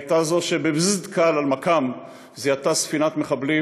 הייתה זאת שב"זזז" קל על מכ"מ זיהתה ספינת מחבלים